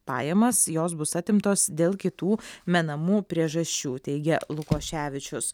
pajamas jos bus atimtos dėl kitų menamų priežasčių teigia lukoševičius